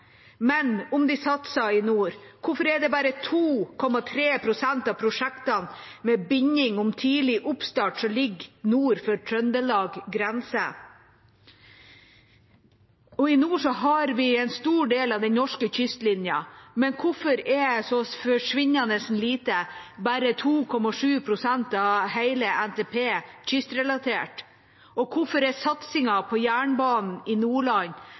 men om vi satser i nord, hvorfor er det bare 2,3 pst. av prosjektene med binding om tidlig oppstart som ligger nord for Trøndelagsgrensa? I nord har vi en stor del av den norske kystlinja, men hvorfor er så forsvinnende lite, bare 2,7 pst. av hele NTP, kystrelatert? Hvorfor er satsingen på jernbanen i Nordland